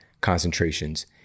concentrations